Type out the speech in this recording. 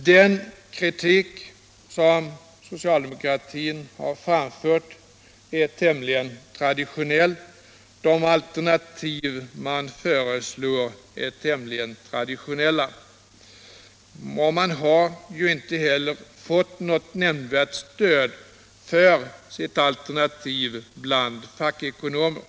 Den kritik som socialdemokratin har framfört är tämligen traditionell, och de alternativ som föreslås är också tämligen traditionella. Man har inte heller fått något nämnvärt stöd för sina förslag bland fackekonomer.